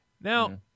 Now